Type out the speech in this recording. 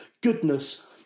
goodness